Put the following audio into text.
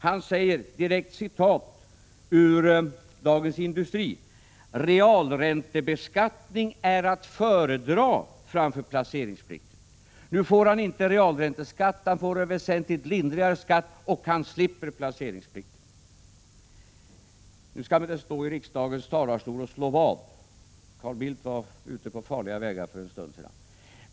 Han säger; jag citerar direkt ur Dagens Industri: ”Realräntebeskattning är att föredra framför placeringsplikt.” Nu får han inte realränteskatt; han får en väsentligt lindrigare skatt, och han slipper placeringsplikt. Vi skall inte stå i riksdagens talarstol och slå vad. Carl Bildt var ute på farliga vägar för en stund sedan.